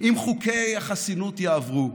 אם חוקי החסינות יעברו,